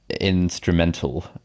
instrumental